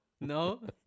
No